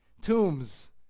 tombs